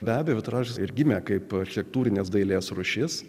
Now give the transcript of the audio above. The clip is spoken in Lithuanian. be abejo atras ir gimė kaip architektūrinės dailės rūšis